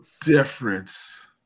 difference